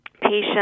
patient